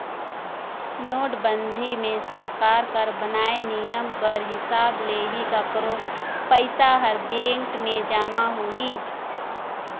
नोटबंदी मे सरकार कर बनाय नियम कर हिसाब ले ही काकरो पइसा हर बेंक में जमा होही